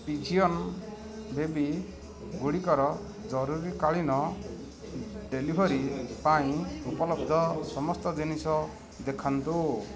pigeon baby ଗୁଡ଼ିକର ଜରୁରୀକାଳୀନ delivery ପାଇଁ ଉପଲବ୍ଧ ସମସ୍ତ ଜିନିଷ ଦେଖାନ୍ତୁ